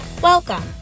Welcome